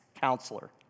Counselor